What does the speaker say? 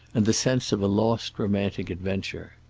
and the sense of a lost romantic adventure.